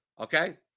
Okay